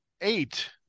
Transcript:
eight